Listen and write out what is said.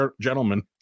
gentlemen